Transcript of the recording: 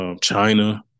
China